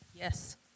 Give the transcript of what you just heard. yes